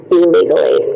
illegally